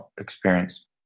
experience